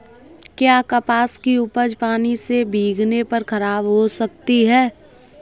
क्या कपास की उपज पानी से भीगने पर खराब हो सकती है?